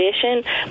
condition